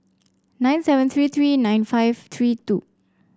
nine seven three three nine five three two